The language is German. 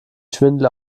schwindel